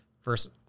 first